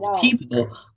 people